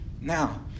Now